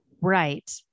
right